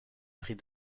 prix